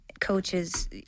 coaches